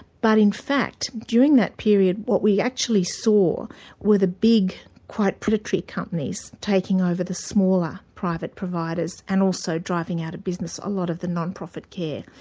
but in fact, during that period, what we actually saw were the big, quite predatory companies taking over the smaller private providers and also driving out of business a lot of the non-profit care.